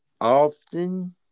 often